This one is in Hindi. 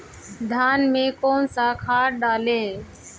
धान में कौन सा खाद डालें?